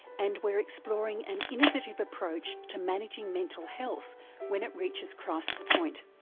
and we're exploring an innovative approach to managing mental health when it reaches crisis point.